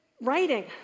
writing